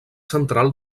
central